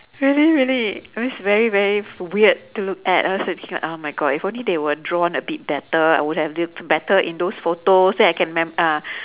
really really it was very very weird to look at oh my god if only they were drawn a bit better I would have better in those photos then I can remem~ uh